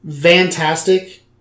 Fantastic